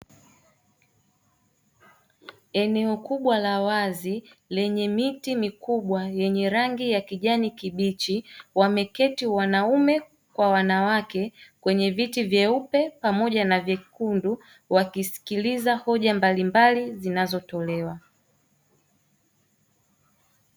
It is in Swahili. Eneo kubwa la wazi lenye miti mikubwa yenye rangi ya kijani kibichi wameketi wanaume kwa wanawake kwenye viti vyeupe pamoja na vyekundu, wakisikiliza hoja mbalimbali zinazotolewa.